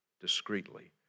discreetly